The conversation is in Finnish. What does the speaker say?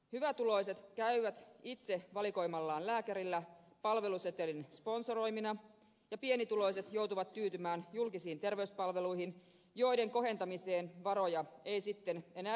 hyvätuloiset käyvät itse valikoimallaan lääkärillä palvelusetelin sponsoroimina ja pienituloiset joutuvat tyytymään julkisiin terveyspalveluihin joiden kohentamiseen varoja ei sitten enää riitäkään